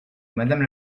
madame